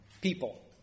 people